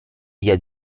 via